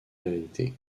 réalité